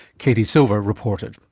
katie silver reported.